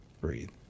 breathe